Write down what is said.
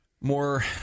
more